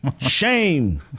Shame